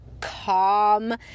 calm